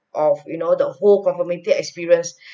of you know the whole conformity experience